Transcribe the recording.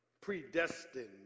predestined